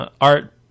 art